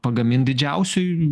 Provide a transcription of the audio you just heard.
pagamint didžiausioj